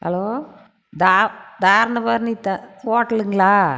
hello தாரணபரணி ஹோட்டலுங்களா